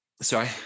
sorry